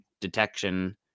detection